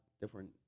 different